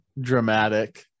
dramatic